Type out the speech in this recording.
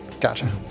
Gotcha